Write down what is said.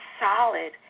solid